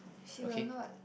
she will not